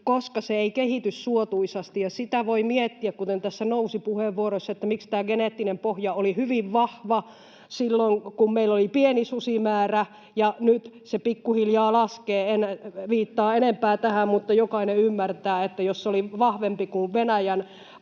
koska se ei kehity suotuisasti. Ja sitä voi miettiä, kuten tässä nousi puheenvuoroissa, että miksi tämä geneettinen pohja oli hyvin vahva silloin, kun meillä oli pieni susimäärä, ja nyt se pikkuhiljaa laskee. En viittaa enempää tähän, mutta jokainen ymmärtää, että jos se oli vahvempi kuin Venäjän